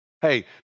hey